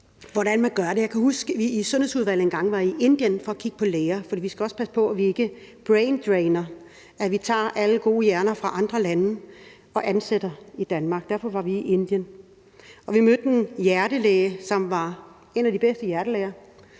Jeg kan huske, at vi engang var med Sundhedsudvalget i Indien for at kigge på læger. Vi skal passe på, at vi ikke braindrainer, altså tager alle gode hoveder fra andre lande og ansætter dem i Danmark – derfor var vi i Indien. Vi mødte en hjertelæge, som var en af de bedste hjertelæger,